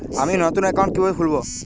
আমি নতুন অ্যাকাউন্ট কিভাবে খুলব?